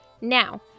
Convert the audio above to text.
Now